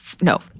no